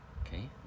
Okay